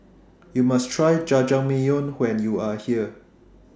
YOU must Try Jajangmyeon when YOU Are here